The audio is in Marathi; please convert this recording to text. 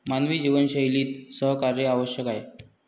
मानवी जीवनशैलीत सहकार्य आवश्यक आहे